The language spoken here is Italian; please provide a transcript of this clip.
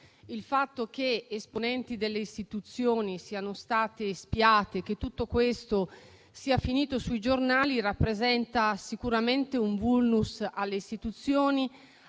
del fatto che esponenti delle istituzioni siano stati spiati e che tutto questo sia finito sui giornali, in quanto ciò rappresenta sicuramente un *vulnus* alle istituzioni